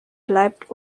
bleibt